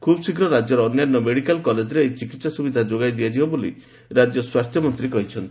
ଖୁବ୍ ଶୀଘ୍ର ରାଜ୍ୟର ଅନ୍ୟାନ୍ୟ ମେଡ଼ିକାଲ କଲେଜରେ ଏହି ଚିକିତ୍ସା ସୁବିଧା ଯୋଗାଇ ଦିଆଯିବ ବୋଲି ରାଜ୍ୟ ସ୍ୱାସ୍ଥ୍ୟମନ୍ତ୍ରୀ କହିଛନ୍ତି